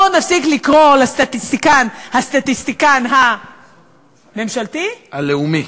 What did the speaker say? בואו נפסיק לקרוא לסטטיסטיקן "הסטטיסטיקן הממשלתי" הלאומי.